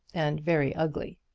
and very ugly.